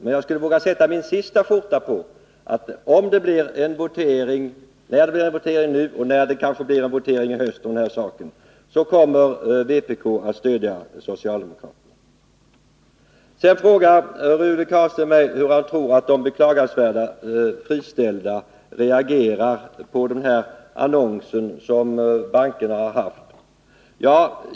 Men jag skulle våga satsa min sista skjorta på att om det i höst blir en votering i den här frågan kommer vpk att stödja socialdemokraterna. Rune Carlstein frågade hur jag tror att de beklagansvärda friställda reagerar på den annons som bankerna har haft.